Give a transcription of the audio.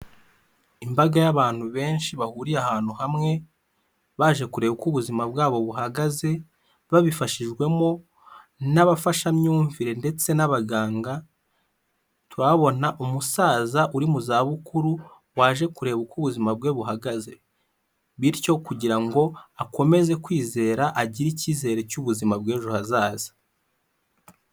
Imbaga y'abantu benshi bahuriye ahantu hamwe baje kureba uko ubuzima bwabo buhagaze babifashijwemo n'abafashamyumvire ndetse n'abaganga, turahabona umusaza uri mu za bukuru waje kureba uko ubuzima bwe buhagaze, bityo kugira ngo akomeze kwizera agire icyizere cy'ubuzima bw'ejo hazaza.